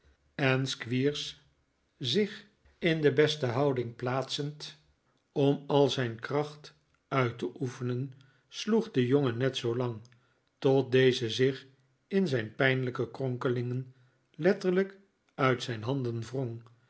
en squeers zich in de beste houding plaatsend om al zijn kracht uit te oefenen sloeg den jongen net zoolang tot deze zich in zijn pijnlijke kronkelingen letterlijk uit zijn handen wrong